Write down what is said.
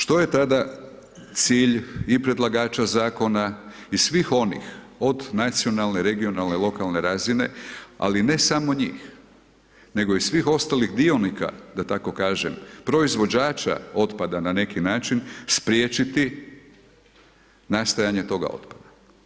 Što je tada cilj i predlagača zakona i svih onih od nacionalne, regionalne, lokalne razine, ali ne samo njih, nego i svih ostalih dionika, da tako kažem, proizvođača otpada na neki način, spriječiti nastajanje toga otpada.